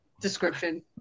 Description